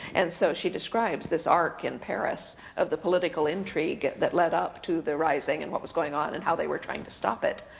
and so she described this arc in paris of the political intrigue that led up to the rising, and what was going on, and how they were trying to stop it.